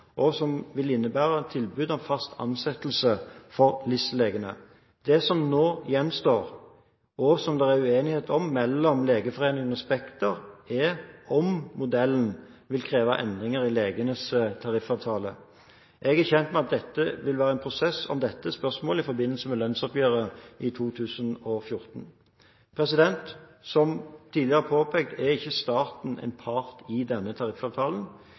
og som vil innebære tilbud om fast ansettelse for LIS-legene. Det som nå gjenstår, og som det er uenighet om mellom Legeforeningen og Spekter, er om modellen vil kreve endringer i legenes tariffavtale. Jeg er kjent med at det vil være en prosess om dette spørsmålet i forbindelse med lønnsoppgjøret i 2014. Som tidligere påpekt er ikke staten en part i denne tariffavtalen.